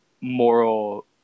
moral